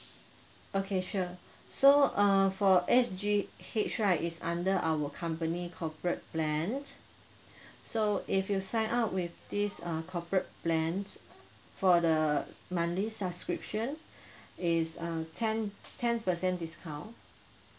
okay sure so err for S_G_H right is under our company corporate plan so if you sign up with this uh corporate plans for the monthly subscription is uh ten ten percent discount